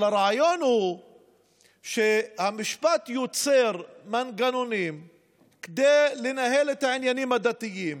אבל הרעיון הוא שהמשפט יוצר מנגנונים כדי לנהל את העניינים הדתיים,